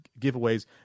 giveaways